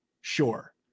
Sure